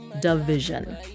Division